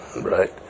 right